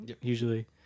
usually